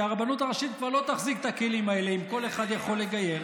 כי הרבנות הראשית כבר לא תחזיק את הכלים האלה אם כל אחד יכול לגייר.